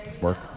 work